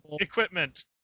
Equipment